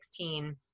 2016